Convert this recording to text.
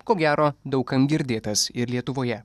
ko gero daug kam girdėtas ir lietuvoje